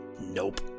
Nope